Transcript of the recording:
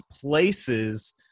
places